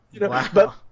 Wow